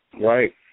right